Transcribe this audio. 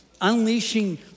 Unleashing